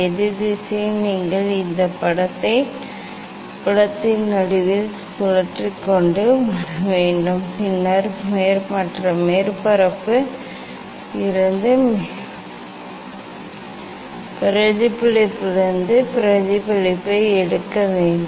எதிர் திசையில் நீங்கள் இந்த படத்தை புலத்தின் நடுவில் சுழற்றி கொண்டு வர வேண்டும் பின்னர் மற்ற மேற்பரப்பில் இருந்து மற்ற மேற்பரப்பு பிரதிபலிப்பிலிருந்து பிரதிபலிப்பை எடுக்க வேண்டும்